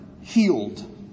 healed